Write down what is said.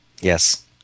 Yes